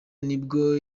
nibwo